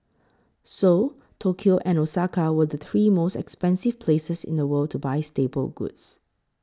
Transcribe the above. Seoul Tokyo and Osaka were the three most expensive places in the world to buy staple goods